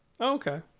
okay